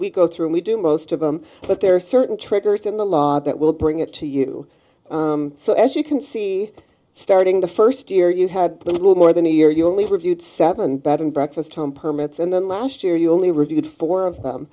we go through and we do most of them but there are certain triggers in the law that will bring it to you so as you can see starting the first year you had a little more than a year you only reviewed seven bed and breakfast time permits and then last year you only reviewed four of them